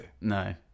no